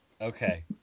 Okay